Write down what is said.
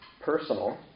personal